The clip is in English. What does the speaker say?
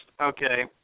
Okay